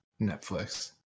Netflix